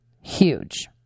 Huge